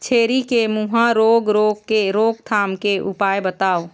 छेरी के मुहा रोग रोग के रोकथाम के उपाय बताव?